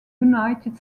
united